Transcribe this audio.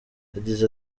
yagize